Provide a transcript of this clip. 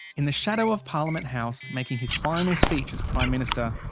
in the shadow of parliament house, making his final speech as prime minister,